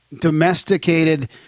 domesticated